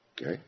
Okay